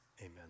Amen